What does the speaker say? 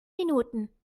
minuten